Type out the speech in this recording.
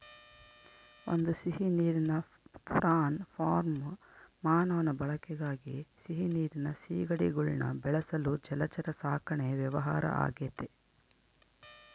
ಒಂದು ಸಿಹಿನೀರಿನ prawn farm ಮಾನವನ ಬಳಕೆಗಾಗಿ ಸಿಹಿನೀರಿನ ಸೀಗಡಿಗುಳ್ನ ಬೆಳೆಸಲು ಜಲಚರ ಸಾಕಣೆ ವ್ಯವಹಾರ ಆಗೆತೆ